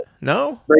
No